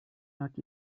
not